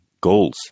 goals